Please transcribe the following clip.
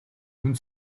үнэ